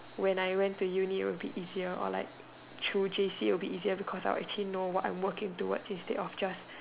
when I went to uni it will be easier or like through J_C it will be easier because I will actually know what I'm working towards instead of just